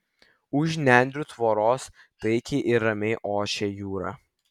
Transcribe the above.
už nendrių tvoros taikiai ir ramiai ošė jūra